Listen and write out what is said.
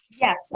Yes